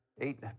eight